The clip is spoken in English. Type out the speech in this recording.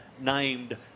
named